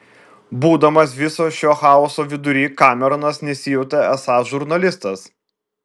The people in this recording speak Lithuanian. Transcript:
būdamas viso šio chaoso vidury kameronas nesijautė esąs žurnalistas